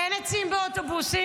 אין עצים באוטובוסים.